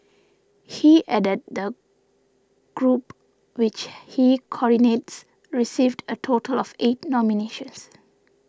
he added that the group which he coordinates received a total of eight nominations